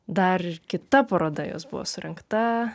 dar ir kita paroda jos buvo surengta